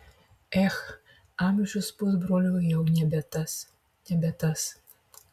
ech amžius pusbrolio jau nebe tas nebe tas